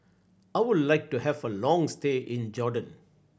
I would like to have a long stay in Jordan